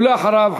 ולאחריו,